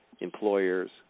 employers